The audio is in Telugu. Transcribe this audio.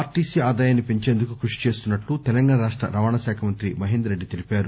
ఆర్టీసీ ఆదాయాన్ని పెంచేందుకు క్బషి చేస్తున్నట్లు తెలంగాణ రాష్ట రవాణాశాఖ మంత్రి మహేందర్రెడ్డి తెలిపారు